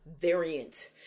variant